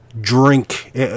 Drink